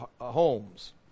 homes